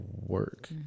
work